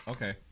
Okay